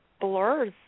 blurs